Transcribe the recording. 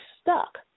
stuck